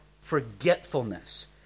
forgetfulness